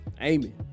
Amy